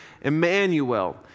Emmanuel